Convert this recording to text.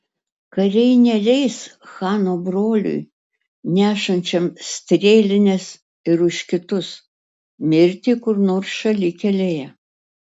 kariai neleis chano broliui nešančiam strėlines ir už kitus mirti kur nors šalikelėje